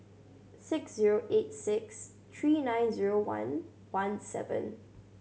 six zero eight six three nine zero one one seven